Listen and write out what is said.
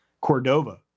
Cordova